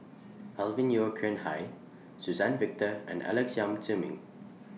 Alvin Yeo Khirn Hai Suzann Victor and Alex Yam Ziming